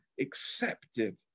accepted